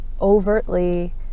overtly